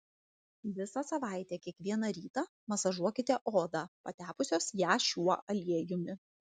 visą savaitę kiekvieną rytą masažuokite odą patepusios ją šiuo aliejumi